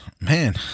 man